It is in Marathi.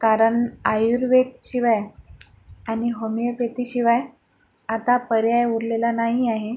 कारणआयुर्वेदशिवाय आणि होमिओपॅथीशिवाय आता पर्याय उरलेला नाही आहे